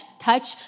touch